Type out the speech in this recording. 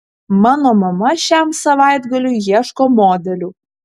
mano mama šiam savaitgaliui ieško modelių